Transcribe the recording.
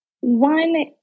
one